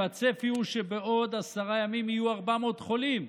והצפי הוא שבעוד עשרה ימים יהיו 400 חולים.